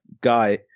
guy